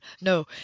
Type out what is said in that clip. no